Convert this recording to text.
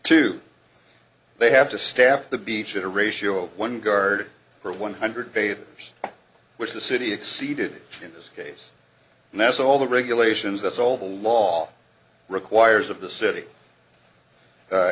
too they have to staff the beach at a ratio of one guard per one hundred bathers which the city exceeded in this case and that's all the regulations that's all the law requires of the city